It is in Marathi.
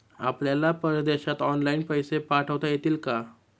आपल्याला परदेशात ऑनलाइन पैसे पाठवता येतील का?